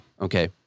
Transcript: Okay